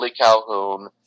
Calhoun